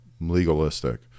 legalistic